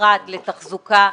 בנפרד לתחזוקה,